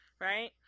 right